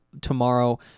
tomorrow